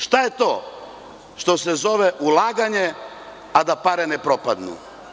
Šta je to što se zove ulaganje, a da pare ne propadnu?